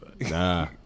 Nah